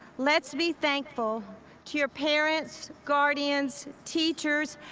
let's be thankful to your parents, guardians, teachers,